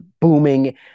booming